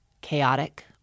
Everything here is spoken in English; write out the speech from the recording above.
chaotic